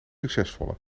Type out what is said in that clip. succesvolle